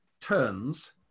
turns